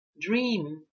dream